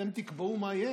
אתם תקבעו מה יהיה?